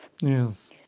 Yes